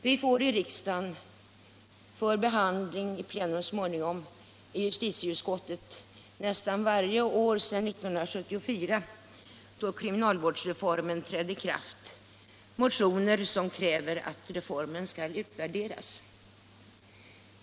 Vi har i justitieutskottet nästan varje år sedan 1974, då kriminalvårdsreformen trädde i kraft, fått motioner med krav på att reformen skall utvärderas.